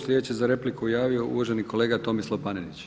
Slijedeći se za repliku javio uvaženi kolega Tomislav Panenić.